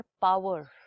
power